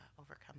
overcome